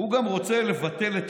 הוא גם רוצה לבטל את